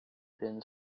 been